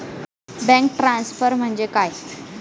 Bank transfer म्हणजे काय?